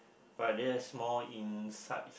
but that is more inside